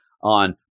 on